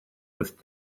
with